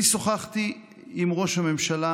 אני שוחחתי עם ראש הממשלה